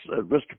Mr